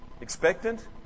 Expectant